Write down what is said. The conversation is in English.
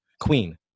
queen